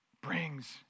brings